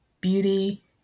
beauty